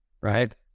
right